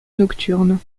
nocturne